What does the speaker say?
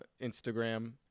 instagram